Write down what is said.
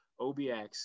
OBX